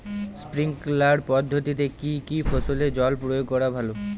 Sprinkler পদ্ধতিতে কি কী ফসলে জল প্রয়োগ করা ভালো?